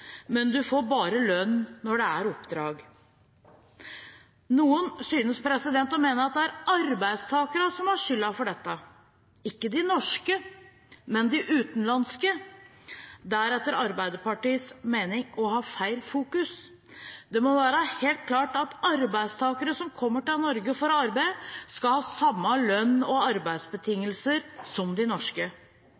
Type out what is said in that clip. men en får bare lønn når det er oppdrag. Noen synes å mene at det er arbeidstakerne som har skylden for dette – ikke de norske, men de utenlandske. Det er etter Arbeiderpartiets mening å ha feil fokus. Det må være helt klart at arbeidstakere som kommer til Norge for å arbeide, skal ha samme lønns- og